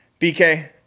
BK